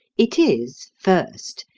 it is, first,